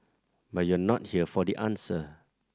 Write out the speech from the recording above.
but you're not here for the answer